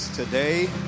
Today